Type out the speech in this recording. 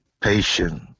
patient